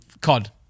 cod